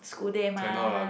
school day mah